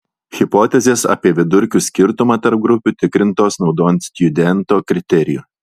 hipotezės apie vidurkių skirtumą tarp grupių tikrintos naudojant stjudento kriterijų